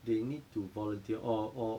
they need to volunteer or or